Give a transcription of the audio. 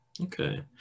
Okay